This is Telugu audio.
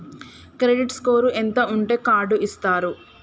క్రెడిట్ స్కోర్ ఎంత ఉంటే కార్డ్ ఇస్తారు?